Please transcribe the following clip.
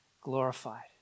glorified